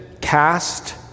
Cast